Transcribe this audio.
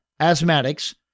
asthmatics